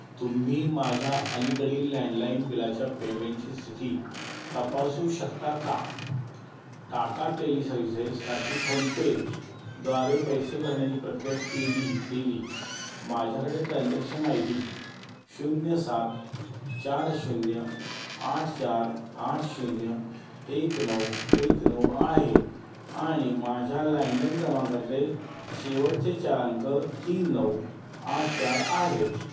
तुम्ही माझ्या अलीकडील लँडलाईन बिलाच्या पेमेंटची स्थिती तपासू शकता का टाटा टेलीसर्व्हिसेससाठी फोनपेद्वारे पैसे भरण्याची प्रक्रिया केली केली माझ्याकडे ट्रान्झॅक्शन आय डी शून्य सात चार शून्य आठ चार आठ शून्य एक नऊ एक नऊ आहे आणि माझ्या लँनलाईन क्रमांकाचे शेवटचे चार अंक तीन नऊ आठ चार आहेत